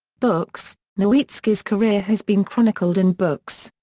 books nowitzki's career has been chronicled in books.